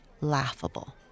laughable